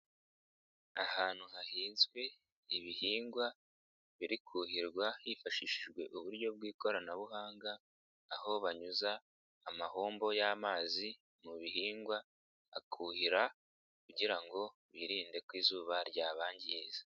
Ahantu hahinzwe ibihingwa biri kuhirwa hifashishijwe uburyo bw'ikoranabuhanga, aho banyuza amahombo y'amazi mu bihingwa akuhira kugira ngo birinde ko izuba ryabangiriza.